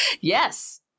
yes